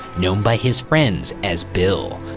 known by his friends as bill.